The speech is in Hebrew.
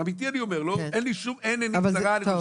אני אומר באופן אמיתי, אני חושב